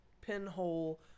pinhole